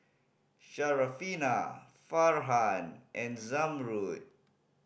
Syarafina Farhan and Zamrud